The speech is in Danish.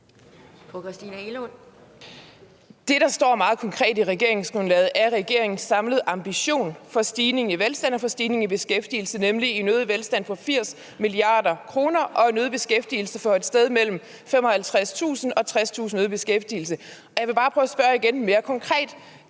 Det, der står meget klart beskrevet i regeringsgrundlaget, er regeringens samlede ambition om en stigning i velstand og en stigning i beskæftigelse, nemlig en øget velstand på 80 mia. kr. og en øget beskæftigelse på et sted mellem 55.000 og 60.000 personer. Jeg vil bare prøve at spørge igen, mere konkret: